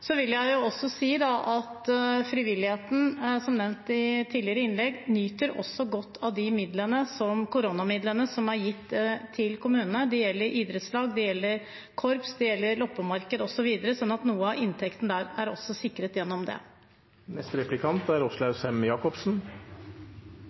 Så vil jeg også si, som nevnt i tidligere innlegg, at frivilligheten nyter også godt av de koronamidlene som er gitt til kommunene. Det gjelder idrettslag, korps, loppemarked osv., slik at noe av inntekten der er også sikret gjennom det. Jeg er